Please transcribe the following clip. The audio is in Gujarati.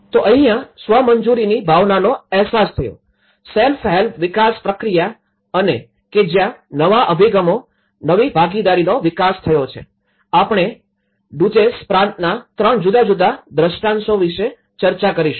તો અહીંયા સ્વ મંજૂરીની ભાવનાનો અહેસાસ થયો સેલ્ફ હેલ્પ વિકાશ પ્રક્રિયા અને કે જ્યાં નવા અભિગમો નવી ભાગીદારીનો વિકાસ થયો છે આપણે ડુઝેસ પ્રાંતના ૩ જુદા જુદા દ્રષ્ટાંતો વિષે ચર્ચા કરીશું